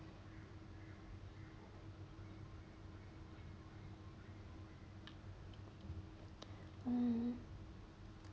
mm